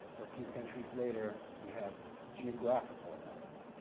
a few centuries later, we have geographical anatomy.